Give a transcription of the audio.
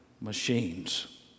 machines